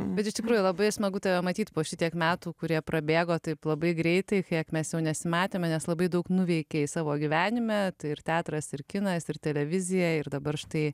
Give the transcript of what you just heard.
bet iš tikrųjų labai smagu tave matyt po šitiek metų kurie prabėgo taip labai greitai kiek mes jau nesimatėme nes labai daug nuveikei savo gyvenime tai ir teatras ir kinais ir televizija ir dabar štai